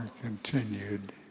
continued